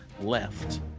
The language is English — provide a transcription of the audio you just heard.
left